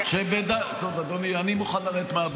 כשבדאליה, טוב אדוני, אני מוכן לרדת מהבמה.